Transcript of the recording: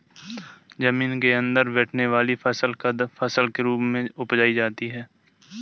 जमीन के अंदर बैठने वाली फसल कंद फसल के रूप में उपजायी जाती है